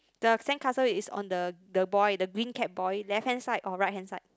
the sandcastle is on the the boy the green cap boy left hand side or right hand side